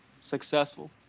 successful